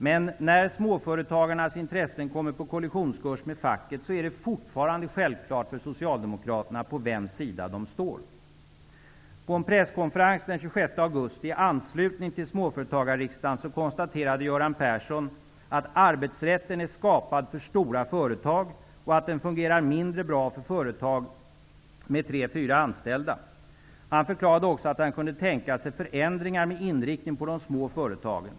Men när småföretagarnas intressen kommer på kollisionskurs med fackets är det fortfarande självklart för socialdemokraterna på vems sida de står. På en presskonferens den 26 augusti, i anslutning till småföretagarriksdagen, konstaterade Göran Persson: ''Arbetsrätten är skapad för stora företag. Den fungerar mindre bra för företag med 3--4 anställda --.'' Han förklarade också att han kunde tänka sig förändringar med inriktning på de små företagen.